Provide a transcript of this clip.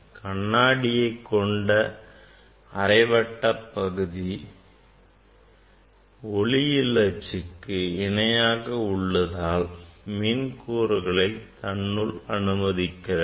கண்ணாடியை கொண்ட அரைவட்ட பகுதி ஒளியியல் அச்சுக்கு இணையாக இருப்பதால் மின் கூறுகளை தன்னுள் அனுமதிக்கிறது